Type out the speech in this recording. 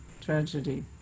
tragedy